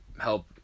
help